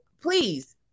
Please